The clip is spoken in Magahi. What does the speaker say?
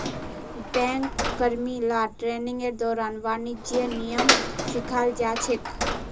बैंक कर्मि ला ट्रेनिंगेर दौरान वाणिज्येर नियम सिखाल जा छेक